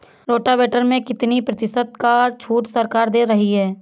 Rotavator में कितनी प्रतिशत का छूट सरकार दे रही है?